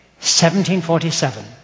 1747